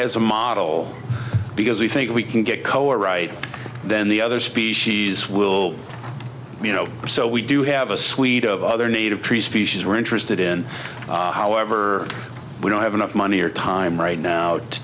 as a model because we think we can get koa right then the other species will you know so we do have a suite of other native trees species we're interested in however we don't have enough money or time right now to